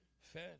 fed